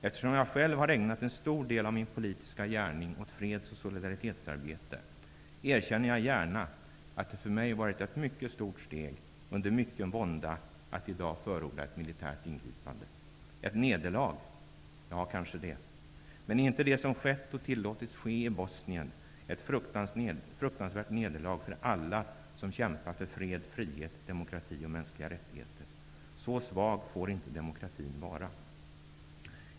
Eftersom jag själv har ägnat en stor del av min politiska gärning åt freds och solidaritetsarbete, erkänner jag gärna att det för mig varit ett mycket stort steg, under mycken vånda, att i dag förorda ett militärt ingripande. Ett nederlag -- ja, kanske det. Men är inte det som skett och tillåtits ske i Bosnien ett fruktansvärt nederlag för alla som kämpar för fred, frihet, demokrati och mänskliga rättigheter? Så svag får inte demokratin vara.